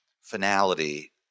finality